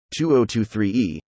2023E